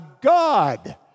God